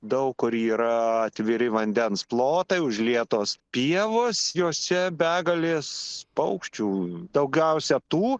daug kur yra atviri vandens plotai užlietos pievos jose begalės paukščių daugiausia tų